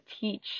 teach